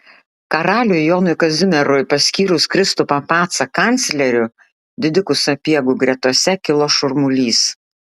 karaliui jonui kazimierui paskyrus kristupą pacą kancleriu didikų sapiegų gretose kilo šurmulys